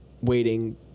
waiting